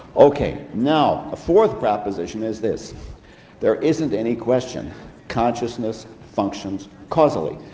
ok, now a fourth proposition is this there isn't any question consciousness functions causally.